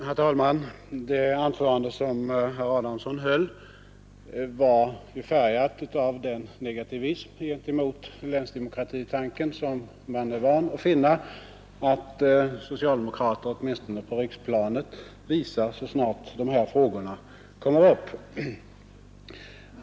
Herr talman! Det anförande som herr Adamsson här höll var färgat av samma negativism gentemot länsdemokratitanken som man är van vid att socialdemokrater, åtminstone på riksplanet, visar så snart dessa frågor kommer upp.